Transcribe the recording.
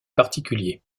particuliers